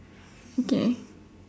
okay